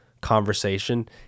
conversation